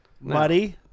Muddy